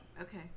Okay